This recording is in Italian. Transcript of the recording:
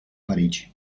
parigi